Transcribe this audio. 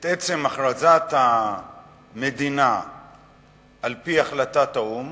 את עצם הכרזת המדינה על-פי החלטת האו"ם